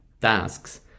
tasks